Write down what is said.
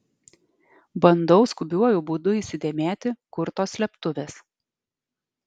bandau skubiuoju būdu įsidėmėti kur tos slėptuvės